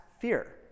fear